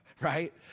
right